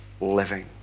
living